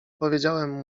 powiedziałem